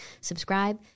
Subscribe